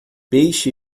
peixe